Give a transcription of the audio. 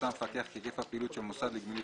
מצא המפקח כי היקף הפעילות של מוסד לגמילות